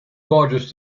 gorgeous